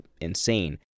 insane